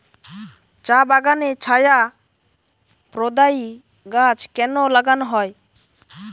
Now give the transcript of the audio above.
চা বাগানে ছায়া প্রদায়ী গাছ কেন লাগানো হয়?